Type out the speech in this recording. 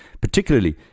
particularly